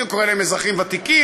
אני קורא להם אזרחים ותיקים,